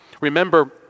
Remember